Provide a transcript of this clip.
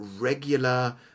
regular